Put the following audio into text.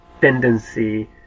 tendency